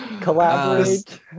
Collaborate